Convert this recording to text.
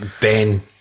Ben